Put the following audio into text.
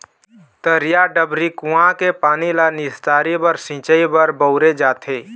तरिया, डबरी, कुँआ के पानी ल निस्तारी बर, सिंचई बर बउरे जाथे